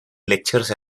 lectures